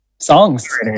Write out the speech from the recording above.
Songs